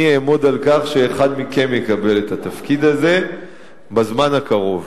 אני אעמוד על כך שאחד מכם יקבל את התפקיד הזה בזמן הקרוב.